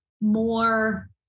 more